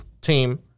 team